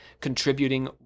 contributing